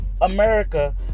America